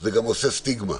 וזה גם יוצר סטיגמה.